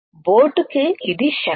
boat కు ఇది శక్తి